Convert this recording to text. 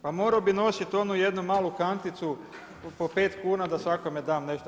Pa morao bih nositi onu jednu malu kanticu po 5 kuna da svakome dam nešto.